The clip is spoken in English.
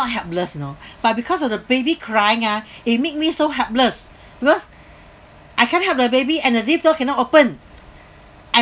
helpless you know but because of the baby crying ah it make me so helpless because I can't help the baby and the lift door cannot open I